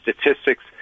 statistics